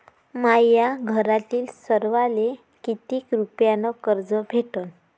माह्या घरातील सर्वाले किती रुप्यान कर्ज भेटन?